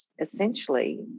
essentially